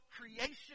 creation